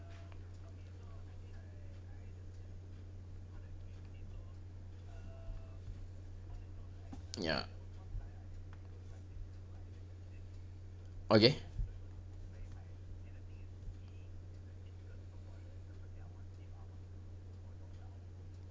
ya okay